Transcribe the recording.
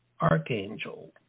Archangel